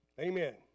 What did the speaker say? Amen